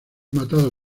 matado